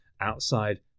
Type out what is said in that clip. outside